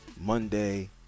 Monday